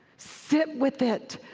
sit with it.